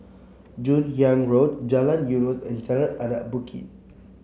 Joon Hiang Road Jalan Eunos and Jalan Anak Bukit